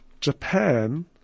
Japan